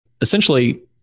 essentially